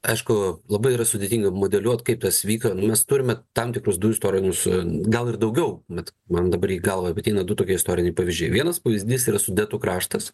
aišku labai yra sudėtinga modeliuot kaip tas vyka mes turime tam tikrus du istorinius gal ir daugiau bet man dabar į galvą ateina du tokie istoriniai pavyzdžiai vienas pavyzdys yra sudetų kraštas